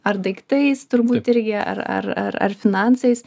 ar daiktais turbūt irgi ar ar ar ar finansais